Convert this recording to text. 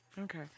Okay